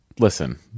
Listen